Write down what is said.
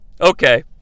okay